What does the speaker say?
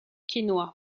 quesnoy